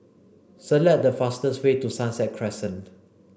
select the fastest way to Sunset Crescent